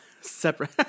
Separate